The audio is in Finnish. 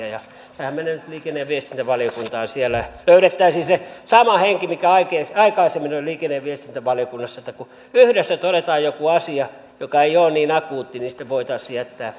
tämähän menee nyt liikenne ja viestintävaliokuntaan jos siellä löydettäisiin se sama henki mikä aikaisemmin oli liikenne ja viestintävaliokunnassa että kun yhdessä todetaan joku asia joka ei ole niin akuutti niin sitten voitaisiin jättää täyttämättä